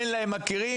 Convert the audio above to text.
אין להם מכרים,